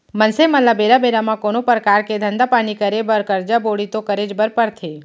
मनसे मन ल बेरा बेरा म कोनो परकार के धंधा पानी करे बर करजा बोड़ी तो करेच बर परथे